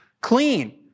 clean